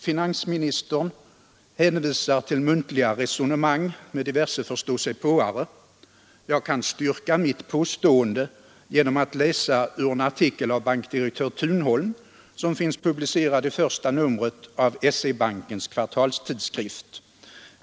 Finansministern hänvisar till ett muntligt resonemang med diverse förståsigpåare. Jag kan styrka mitt påstående genom att läsa ur en artikel av bankdirektör Thunholm som finns publicerad i första numret för i år av SE-bankens kvartalstidskrift.